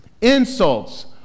insults